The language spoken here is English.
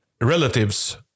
relatives